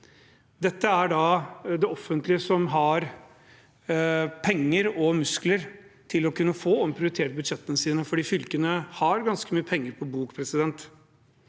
gjelder da det offentlige som har penger og muskler til å kunne få omprioritert budsjettene sine, for fylkene har ganske mye penger på bok.